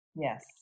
Yes